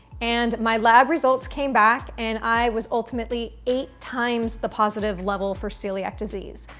and my lab results came back, and i was ultimately eight times the positive level for celiac disease.